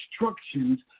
instructions